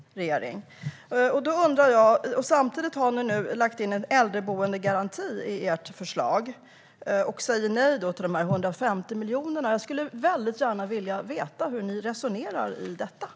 Nu har ni lagt in en äldreboendegaranti i ert förslag samtidigt som ni säger nej till investeringsstödet på 150 miljoner. Jag skulle väldigt gärna vilja veta hur ni resonerar i detta.